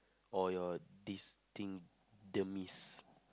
or your distinct dermis